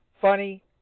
funny